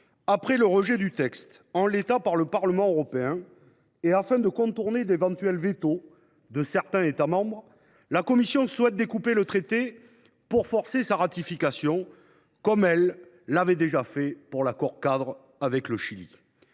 Après le rejet du texte, en l’état, par le Parlement européen et afin de contourner d’éventuels vetos de certains États membres, la Commission européenne souhaite découper le traité pour forcer sa ratification, comme elle l’avait fait pour l’accord cadre conclu avec le Chili.